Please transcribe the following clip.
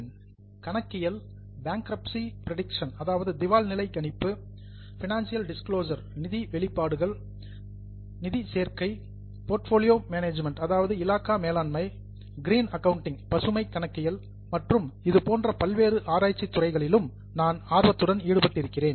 accounting கணக்கியல் bankruptcy prediction திவால் நிலை கணிப்பு பைனான்சியல் டிஸ்கிளோசெஸ் நிதி வெளிப்பாடுகள் பைனான்சியல் இன்கிளுஷன் நிதி சேர்க்கை போர்ட்ஃபோலியோ மேனேஜ்மென்ட் இலாகா மேலாண்மை கிரீன் ஆக்கவுண்டிங் பசுமை கணக்கியல் மற்றும் இது போன்ற பல்வேறு ஆராய்ச்சித் துறைகளிலும் நான் ஆர்வத்துடன் ஈடுபட்டிருக்கிறேன்